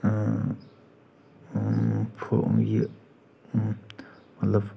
ہُہ یہِ مطلب